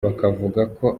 bakavugako